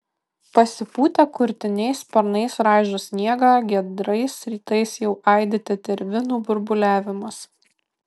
pasipūtę kurtiniai sparnais raižo sniegą giedrais rytais jau aidi tetervinų burbuliavimas